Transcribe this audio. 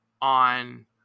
on